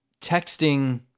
texting